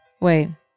Wait